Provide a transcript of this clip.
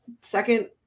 second